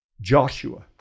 Joshua